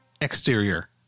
Exterior